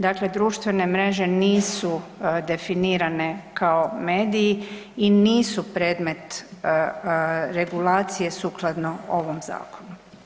Dakle društvene mreže nisu definirane kao mediji i nisu predmet regulacije sukladno ovom zakonu.